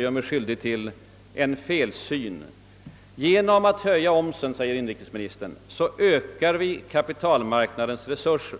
gör mig skyldig till en felsyn. Genom att höja omsättningsskatten, säger inri kesministern, ökar vi kapitalmarknadens resurser.